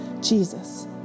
Jesus